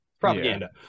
propaganda